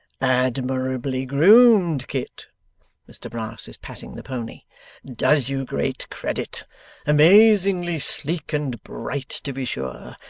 admirably groomed, kit' mr brass is patting the pony does you great credit amazingly sleek and bright to be sure.